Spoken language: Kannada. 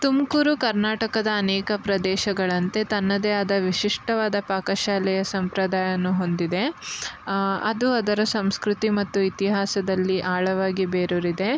ತುಮಕೂರು ಕರ್ನಾಟಕದ ಅನೇಕ ಪ್ರದೇಶಗಳಂತೆ ತನ್ನದೇ ಆದ ವಿಶಿಷ್ಟವಾದ ಪಾಕಶಾಲೆಯ ಸಂಪ್ರದಾಯವನ್ನು ಹೊಂದಿದೆ ಅದು ಅದರ ಸಂಸ್ಕೃತಿ ಮತ್ತು ಇತಿಹಾಸದಲ್ಲಿ ಆಳವಾಗಿ ಬೇರೂರಿದೆ